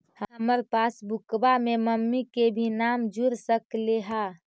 हमार पासबुकवा में मम्मी के भी नाम जुर सकलेहा?